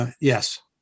Yes